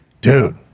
dude